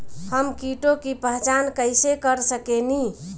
हम कीटों की पहचान कईसे कर सकेनी?